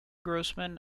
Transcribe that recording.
grossman